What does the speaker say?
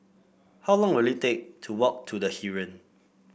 how long will it take to walk to The Heeren